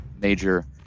major